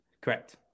Correct